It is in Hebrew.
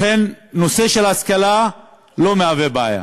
לכן, הנושא של השכלה לא מהווה בעיה.